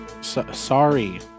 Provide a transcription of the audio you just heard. Sorry